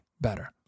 better